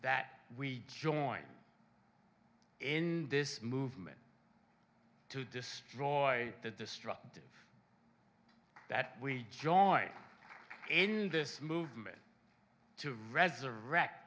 that we join in this movement to destroy the destructive that we join in this movement to resurrect